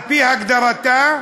על-פי הגדרתה,